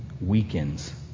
weakens